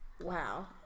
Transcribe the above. Wow